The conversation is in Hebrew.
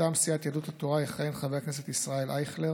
מטעם סיעת יהדות התורה יכהן חבר הכנסת ישראל אייכלר,